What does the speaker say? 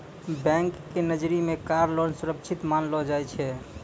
bank के नजरी मे कार लोन सुरक्षित मानलो जाय छै